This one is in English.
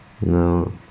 no